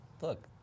Look